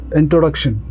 introduction